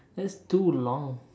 that's too long